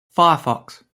firefox